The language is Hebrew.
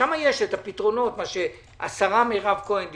יש הפתרונות, מה שהשרה מירב כהן דיברה.